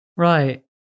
Right